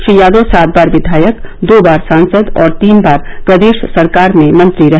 श्री यादव सात बार विधायक दो बार सांसद और तीन बार प्रदेश सरकार में मंत्री रहे